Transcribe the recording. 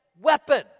weapon